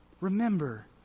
remember